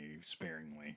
sparingly